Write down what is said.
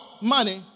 money